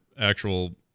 actual